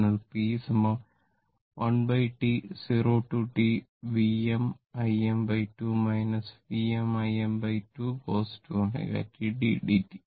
അതിനാൽ p 1T 0 മുതൽ T Vm Im2 Vm Im2 cos 2 ω t dt